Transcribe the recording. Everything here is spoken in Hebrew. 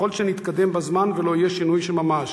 ככל שנתקדם בזמן ולא יהיה שינוי של ממש.